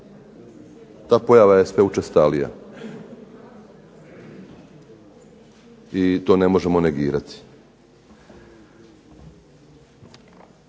Ta pojava je sve učestalija i to ne možemo negirati.